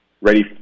ready